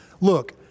look